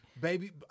Baby